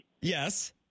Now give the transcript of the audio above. Yes